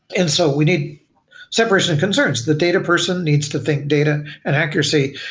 and so we need separates in concerns the data person needs to think data and accuracy,